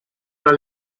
dans